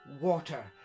water